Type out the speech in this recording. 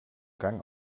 gang